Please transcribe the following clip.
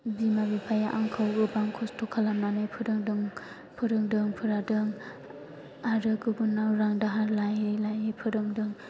बिमा बिफाया आंखौ गोबां खस्थ' खालामनानै फोरोंदों फोलावदों आरो गुबुननाव रां दाहार लायै लायै फोरोंदों